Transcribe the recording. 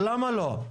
למה לא?